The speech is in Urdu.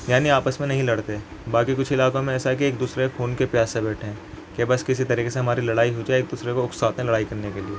یعنی آپس میں نہیں لڑتے باقی کچھ علاقوں میں ایسا ہے کہ ایک دوسرے کو خون کے پیاسے بیٹھے ہیں کہ بس کسی طریقے سے ہماری لڑائی ہو جائے ایک دوسرے کو اکساتے ہیں لڑائی کرنے کے لیے